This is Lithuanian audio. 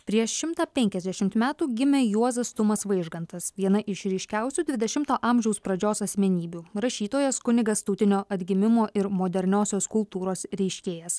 prieš šimtą penkiasdešimt metų gimė juozas tumas vaižgantas viena iš ryškiausių dvidešimto amžiaus pradžios asmenybių rašytojas kunigas tautinio atgimimo ir moderniosios kultūros reiškėjas